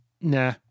nah